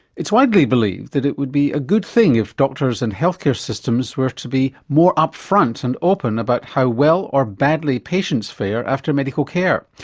it's widely believed that it would be a good thing if doctors and health care systems were to be more up front and open about how well or badly patients fare after medical care.